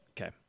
okay